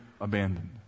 abandoned